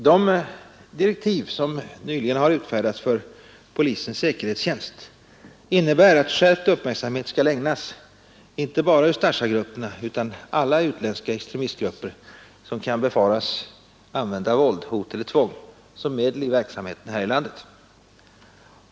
De direktiv som nyligen har utfärdats för polisens säkerhetstjänst innebär att skärpt uppmärksamhet skall ägnas åt inte bara Ustasjagrupperna utan alla utländska extremistgrupper som kan befaras använda våld, hot eller tvång som medel i sin verksamhet här i landet.